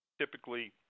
typically